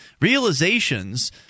realizations